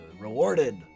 rewarded